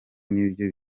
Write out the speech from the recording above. nibyo